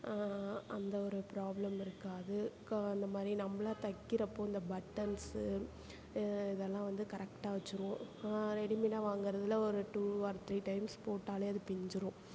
அந்த ஒரு ப்ராப்ளம் இருக்காது க அந்த மாதிரி நம்மளா தைக்கிறப்போ இந்த பட்டன்ஸு இதெல்லாம் வந்து கரெக்டாக வெச்சிடுவோம் இப்போ ரெடிமேடாக வாங்குறதுல ஒரு டூ ஆர் த்ரீ டைம்ஸ் போட்டாலே அது பிஞ்சிடும்